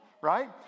right